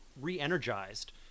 re-energized